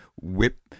Whip